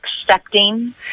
accepting